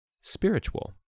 spiritual